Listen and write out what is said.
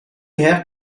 have